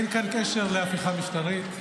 אין קשר להפיכה משטרית,